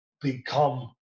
become